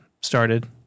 started